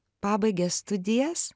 pabaigė studijas